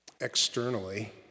Externally